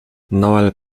noel